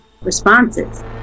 responses